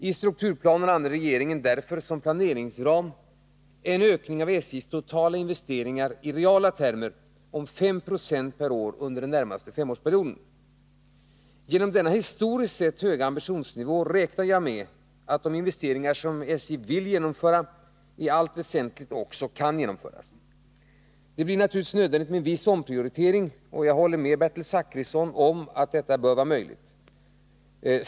I strukturplanen anger regeringen därför som planeringsram en ökning av SJ:s totala investeringar i reala termer om 5 90 per år under den närmaste femårsperioden. Genom denna historiskt sett höga ambitionsnivå räknar jag med att de investeringar som SJ vill genomföra i allt väsentligt också kan genomföras. Det blir naturligtvis nödvändigt med en viss omprioritering, och jag håller med Bertil Zachrisson om att detta bör vara möjligt.